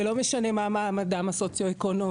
ולא משנה מה מעמדם הסוציואקונומי,